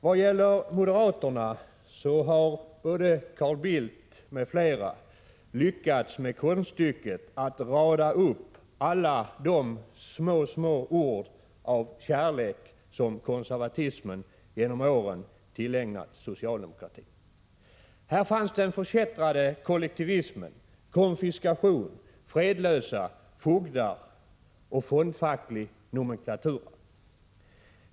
Vad gäller moderaterna lyckades Carl Bildt nästan med konststycket att rada upp alla de ”små, små ord av kärlek” som konservatismen genom åren tillägnat socialdemokratin. Här fanns den förkättrade kollektivismen, konfiskation, fredlösa, fogdar och fondfacklig nomenklatura.